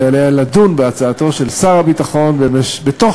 ועליה לדון בהצעתו של שר הביטחון בתום